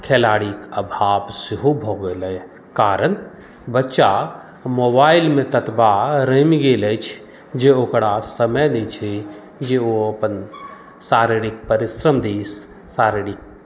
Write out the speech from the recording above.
खेलाड़ीक आभाव सेहो भऽ गेल एहि कारण बच्चा मोबाइलमे ततबा रमि गेल अछि जे ओकरा समय नहि छै जे ओ अपन शारीरिक परिश्रम दिस शारीरिक